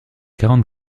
quarante